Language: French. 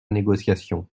négociation